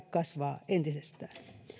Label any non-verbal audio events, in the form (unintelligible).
(unintelligible) kasvaa entisestään